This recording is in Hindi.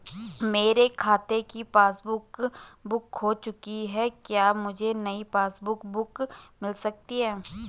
मेरे खाते की पासबुक बुक खो चुकी है क्या मुझे नयी पासबुक बुक मिल सकती है?